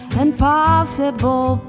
impossible